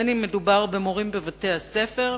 בין אם מדובר במורים בבתי-הספר,